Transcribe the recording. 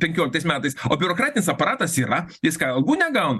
penkioliktais metais o biurokratinis aparatas yra jis ką algų negauna